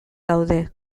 daude